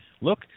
Look